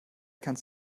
kannst